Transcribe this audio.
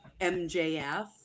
mjf